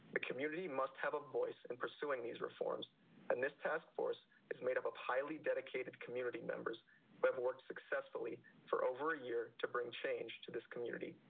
community must have a voice and pursuing these reforms and this task force is made up of highly dedicated community members who but have worked successfully for over a year to bring change to this community.